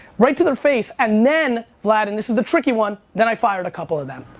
right to their face and then, vlad, and this is the tricky one, then i fired a couple of them.